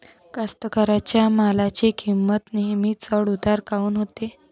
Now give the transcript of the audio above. कास्तकाराइच्या मालाची किंमत नेहमी चढ उतार काऊन होते?